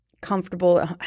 comfortable